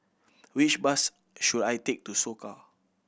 which bus should I take to Soka